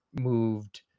moved